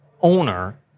owner